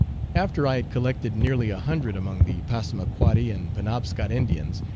after i had collected nearly a hundred among the passamaquoddy and penobscot indians,